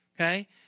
okay